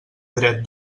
dret